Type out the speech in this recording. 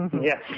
Yes